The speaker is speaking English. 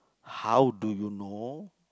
how do you know